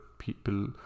people